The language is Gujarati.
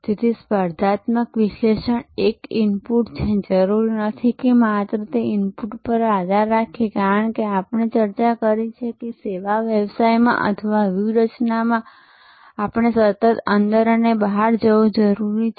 તેથી સ્પર્ધાત્મક વિશ્લેષણ એ એક ઇનપુટ છે જરૂરી નથી કે માત્ર તે ઇનપુટ પર આધાર રાખે કારણ કે આપણે ચર્ચા કરી છે કે સેવા વ્યવસાયમાં અથવા વ્યૂહરચનામાં આપણે સતત અંદર અને બહાર જવું જરૂરી છે